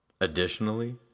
Additionally